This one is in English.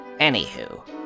Anywho